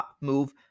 move